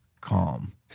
Calm